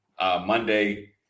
Monday